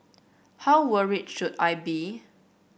how worried should I be